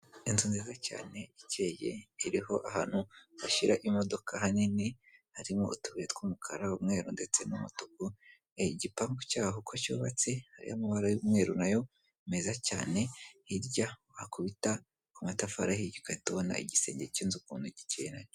Inzu nziza cyane ikiyeye iriho ahantu hashyira imodoka ahanini, harimo utubuye tw'umukara w'umweru ndetse n'umutuku. Igipanpu cyaho uko cyubatse hari amabara y'umweru nayo meza cyane hirya wakubita ku matafari ahiye ukahita ubona igisenge cy'inzu ikuntu gikeye nacyo.